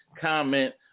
comment